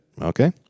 Okay